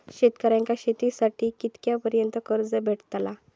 शेतकऱ्यांका शेतीसाठी कितक्या पर्यंत कर्ज भेटताला?